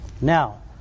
Now